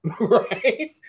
Right